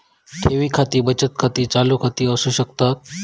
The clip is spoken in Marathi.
ठेव खाती बचत खाती, चालू खाती असू शकतत